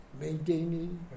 maintaining